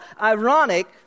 ironic